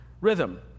rhythm